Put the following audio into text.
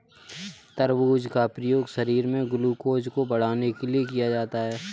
तरबूज का प्रयोग शरीर में ग्लूकोज़ को बढ़ाने के लिए किया जाता है